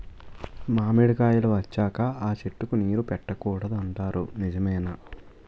మామిడికాయలు వచ్చాక అ చెట్టుకి నీరు పెట్టకూడదు అంటారు నిజమేనా?